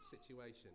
situation